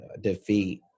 defeat